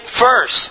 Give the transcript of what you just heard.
first